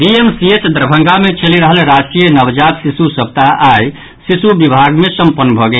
DMCH Darbhanga मे चलि रहल राष्ट्रीय नवजात शिशु सप्ताह आइ शिशु विभाग मे सम्पन्न भऽ गेल